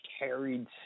carried